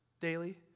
daily